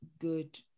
good